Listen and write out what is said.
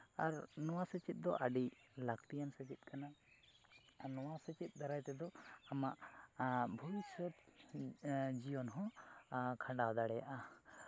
ᱟᱨ ᱱᱚᱣᱟ ᱥᱮᱪᱮᱫ ᱫᱚ ᱟᱹᱰᱤ ᱞᱟᱹᱠᱛᱤᱭᱟᱱ ᱥᱮᱪᱮᱫ ᱠᱟᱱᱟ ᱟᱨ ᱱᱚᱣᱟ ᱥᱮᱪᱮᱫ ᱫᱟᱨᱟᱭ ᱛᱮᱫᱚ ᱟᱢᱟᱜ ᱵᱷᱚᱵᱤᱥᱚᱛ ᱡᱤᱭᱚᱱ ᱦᱚᱸ ᱠᱷᱟᱱᱰᱟᱣ ᱫᱟᱲᱮᱭᱟᱜᱼᱟ